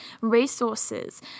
resources